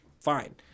fine